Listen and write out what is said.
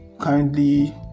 kindly